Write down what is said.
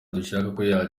dushaka